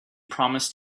promised